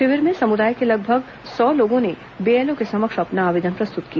शिविर में समुदाय के लगभग सौ लोगों ने बीएलओ के समक्ष अपना आवेदन प्रस्तुत किया